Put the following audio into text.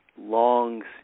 longs